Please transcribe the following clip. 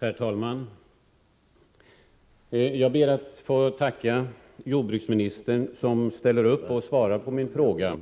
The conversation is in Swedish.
Herr talman! Jag ber att få tacka jordbruksministern för att han ställer upp och svarar på min fråga.